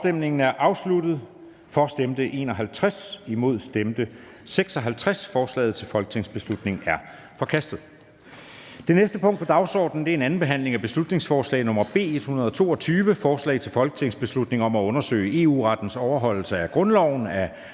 Jon Stephensen (UFG)), hverken for eller imod stemte 0. Forslaget til folketingsbeslutning er forkastet. --- Det næste punkt på dagsordenen er: 47) 2. (sidste) behandling af beslutningsforslag nr. B 122: Forslag til folketingsbeslutning om at undersøge EU-rettens overholdelse af grundloven. Af